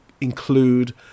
include